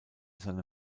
seine